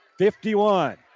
51